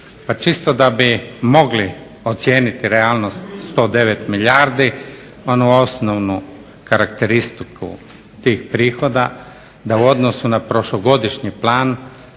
Pa čisto da bi mogli ocijeniti realnost 109 milijardi onu osnovnu karakteristiku tih prihoda, da u odnosu na prošlogodišnji plan